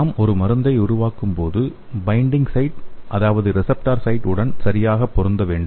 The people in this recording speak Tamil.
நாம் ஒரு மருந்தை உருவாக்கும் போது பைண்டிங்க் சைட் அதாவது ரிசப்டார் சைட் உடன் சரியாக பொருந்த வேண்டும்